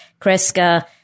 Kreska